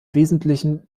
wesentlichen